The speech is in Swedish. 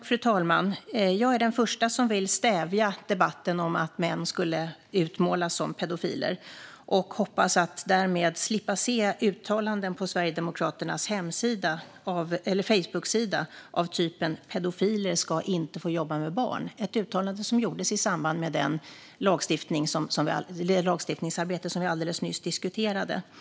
Fru talman! Jag är den första som vill stävja debatten om att män ska utmålas som pedofiler, och jag hoppas därmed slippa se uttalanden på Sverigedemokraternas Facebooksida av typen: Pedofiler ska inte få jobba med barn. Det är ett uttalande som gjordes i samband med det lagstiftningsarbete som vi alldeles nyss diskuterade. Fru talman!